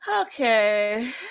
Okay